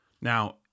Now